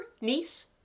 niece